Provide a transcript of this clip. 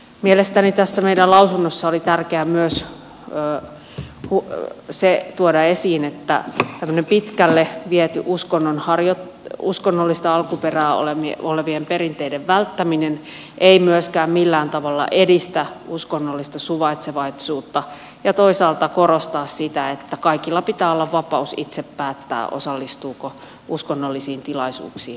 mielestäni tässä meidän lausunnossamme oli tärkeää myös tuoda esiin se että tämmöinen pitkälle viety uskonnollista alkuperää olevien perinteiden välttäminen ei myöskään millään tavalla edistä uskonnollista suvaitsevaisuutta ja toisaalta korostaa sitä että kaikilla pitää olla vapaus itse päättää osallistuuko uskonnollisiin tilaisuuksiin vai ei